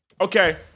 Okay